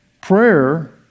Prayer